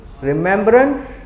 Remembrance